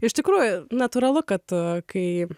iš tikrųjų natūralu kad kai